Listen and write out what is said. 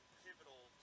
pivotal